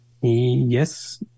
Yes